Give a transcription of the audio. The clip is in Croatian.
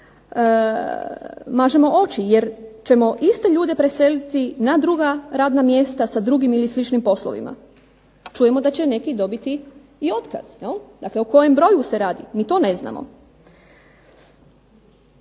mažemo oči, jer ćemo iste ljude preseliti na druga radna mjesta sa drugim ili sličnim poslovima. Čujemo da će neki dobiti i otkaz. Dakle o kojem broju se radi, ni to ne znamo.